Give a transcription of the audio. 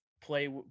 play